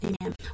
Amen